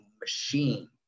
machine